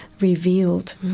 revealed